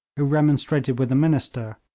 who remonstrated with the minister,